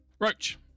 Roach